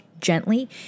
gently